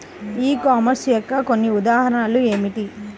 ఈ కామర్స్ యొక్క కొన్ని ఉదాహరణలు ఏమిటి?